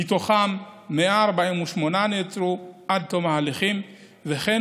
מתוכם 148 נעצרו עד תום ההליכים וכן